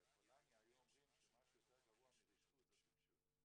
בפולניה היו אומרים שמה שיותר גרוע מרשעות זאת טיפשות.